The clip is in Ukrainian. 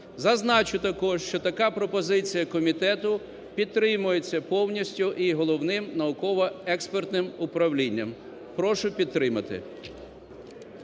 Зазначу також, що така пропозиція комітету підтримується повністю і Головним науково-експертним управлінням. Прошу підтримати.